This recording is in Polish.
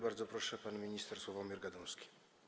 Bardzo proszę, pan minister Sławomir Gadomski.